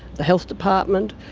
the health department,